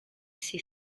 see